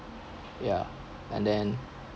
ya and then